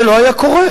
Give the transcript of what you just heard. זה לא היה קורה.